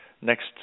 next